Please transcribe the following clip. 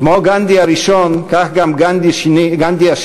כמו גנדי הראשון כך גם גנדי השני,